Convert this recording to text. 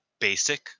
basic